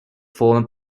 former